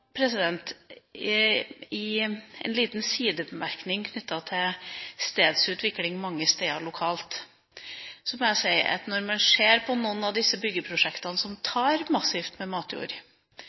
I en liten sidebemerkning knyttet til stedsutvikling mange steder lokalt må jeg si at når man ser på noen av disse byggeprosjektene som tar massivt med matjord,